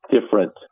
different